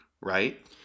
right